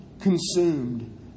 consumed